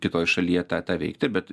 kitoj šalyje tą tą veikti bet